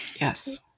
Yes